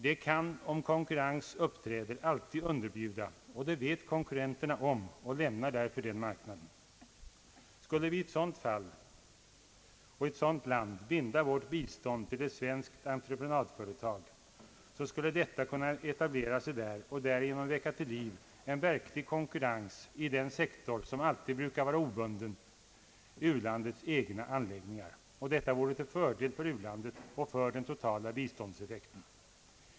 Det kan, om konkurrens uppträder, alltid underbjuda, och konkurrenterna vet detta och lämnar därför den marknaden. Skulle vi i ett sådant fall och i ett sådant land binda vårt bistånd till ett svenskt entreprenadföretag, skulle detta kunna etablera sig där och väcka till liv en verklig konkurrens i den sektor som alltid brukar vara obunden, nämligen u-landets egna anläggningar. Detta vore till fördel för u-landet och för den totala biståndseffekten.